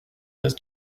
does